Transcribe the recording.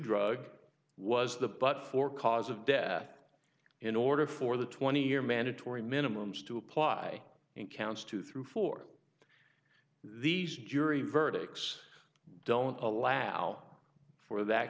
drug was the but for cause of death in order for the twenty year mandatory minimums to apply and counts two through four these jury verdicts don't elavil for that